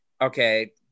okay